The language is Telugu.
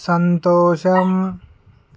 సంతోషం